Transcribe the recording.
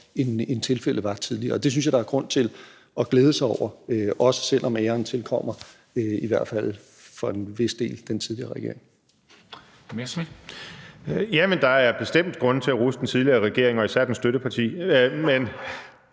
end tilfældet var tidligere. Og det synes jeg der er grund til at glæde sig over, også selv om æren tilkommer, i hvert fald for en vis del, den tidligere regering. Kl. 13:35 Formanden (Henrik Dam Kristensen): Morten Messerschmidt.